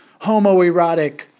homoerotic